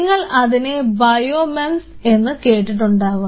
നിങ്ങൾ അതിനെ ബയോമെമസ് എന്ന് കേട്ടിട്ടുണ്ടാവും